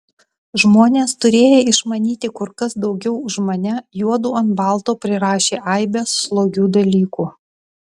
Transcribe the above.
žmonės turėję išmanyti kur kas daugiau už mane juodu ant balto prirašė aibes slogių dalykų